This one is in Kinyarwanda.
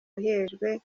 uhejwe